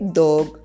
dog